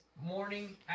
morning